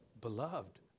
beloved